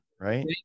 Right